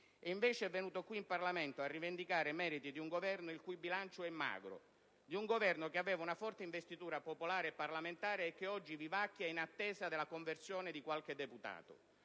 Invece, è venuto qui in Parlamento a rivendicare meriti di un Governo il cui bilancio è magro, di un Governo che aveva una forte investitura popolare e parlamentare e che oggi vivacchia in attesa della conversione di qualche deputato,